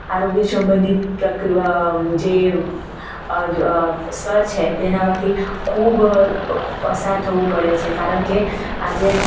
આરોગ્ય સંબંધિત જે સ્તર છે તેનામાંથી ખૂબ પસાર થવું પડે છે કારણ કે આજે